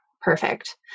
Perfect